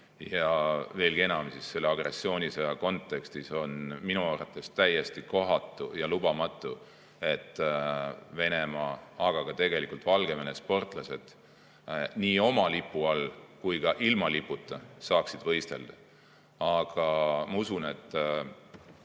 Veelgi enam, selle agressioonisõja kontekstis on minu arvates täiesti kohatu ja lubamatu, et Venemaa, aga tegelikult ka Valgevene sportlased kas oma lipu all või ka ilma liputa saaksid võistelda. Aga ma usun, et